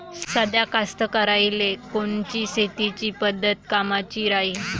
साध्या कास्तकाराइले कोनची शेतीची पद्धत कामाची राहीन?